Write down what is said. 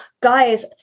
guys